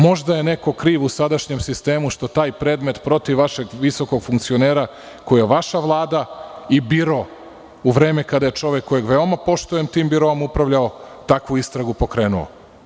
Možda je neko kriv u sadašnjem sistemu što taj predmet protiv vašeg visokog funkcionera, koji je vaša vlada i biro u vreme kada je čovek, kojeg veoma poštujem, tim biroom upravljao, takvu istragu pokrenuo.